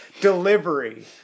delivery